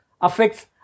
affects